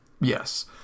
Yes